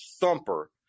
thumper